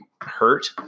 hurt